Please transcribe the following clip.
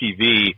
TV